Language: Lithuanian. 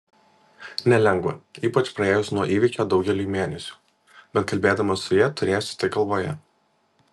nelengva ypač praėjus nuo įvykio daugeliui mėnesių bet kalbėdamas su ja turėsiu tai galvoje